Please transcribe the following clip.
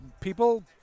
people